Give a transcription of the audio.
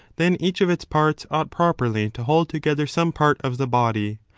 then each of its parts ought properly to hold together some part of the body.